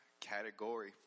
Category